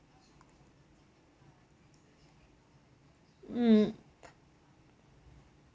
mm